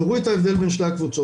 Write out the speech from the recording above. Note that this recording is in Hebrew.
תראו את ההבדל בין שתי הקבוצות.